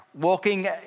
walking